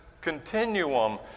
continuum